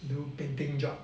do painting job